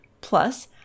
Plus